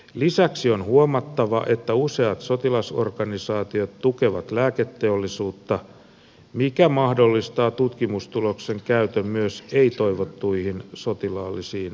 lisäksi on huomattava että useat sotilasorganisaatiot tukevat lääketeollisuutta mikä mahdollistaa tutkimustuloksen käytön myös ei toivottuihin sotilaallisiin tarkoituksiin